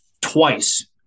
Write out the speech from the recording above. twice